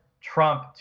Trump